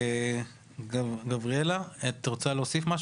גבריאלה תרצי להוסיף?